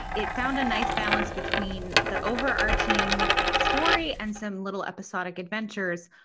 it found a nice balance between the overarching story and some little episodic adventures,